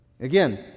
Again